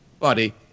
Buddy